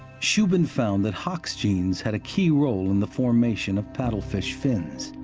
shubin found that hox genes had a key role in the formation of paddlefish fins.